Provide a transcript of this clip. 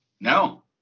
No